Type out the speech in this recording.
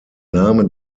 name